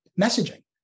messaging